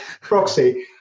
proxy